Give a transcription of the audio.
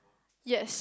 yes